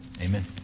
Amen